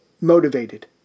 motivated